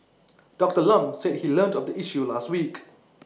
Doctor Lam said he learnt of the issue last week